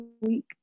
week